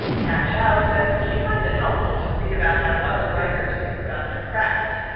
kat chow says she finds it helpful to read about how other writers think about their craft.